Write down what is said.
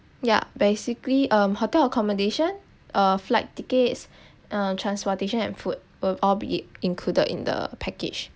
ya basically um hotel accommodation uh flight tickets uh transportation and food will all be it included in the package